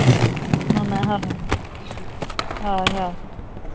ᱚᱱᱟ ᱦᱚᱸ ᱦᱳᱭ ᱦᱳᱭ ᱦᱳᱭ